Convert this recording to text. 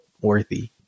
worthy